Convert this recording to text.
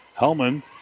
Hellman